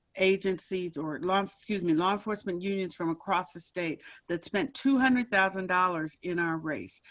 agencies, or last human law enforcement unions from across the state that spent two hundred thousand dollars in our race.